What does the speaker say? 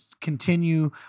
continue